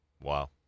Wow